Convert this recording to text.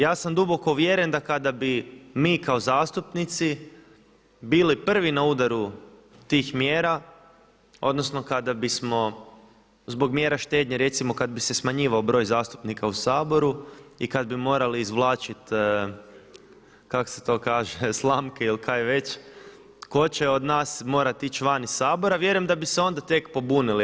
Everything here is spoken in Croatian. Ja sam duboko uvjeren da kada bi mi kao zastupnici bili prvi na udaru tih mjera, odnosno kada bismo zbog mjera štednje recimo kada bi se smanjivao broj zastupnika u Saboru i kada bi morali izvlačiti kako se to kaže slamke ili kaj već tko će od nas morati ići van iz Sabora, vjerujem da bi se onda tek pobunili.